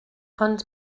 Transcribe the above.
ond